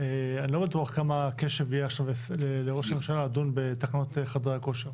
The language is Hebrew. אני לא בטוח כמה קשב עכשיו יהיה לראש הממשלה לדון בתקנות חדרי הכושר.